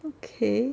okay